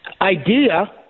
idea